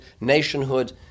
nationhood